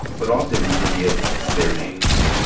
but often we forget their names.